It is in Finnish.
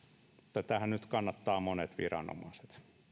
tätähän nyt kannattavat monet viranomaiset